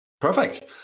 Perfect